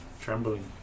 trembling